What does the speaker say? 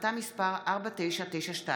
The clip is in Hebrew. החלטה מס' 4992,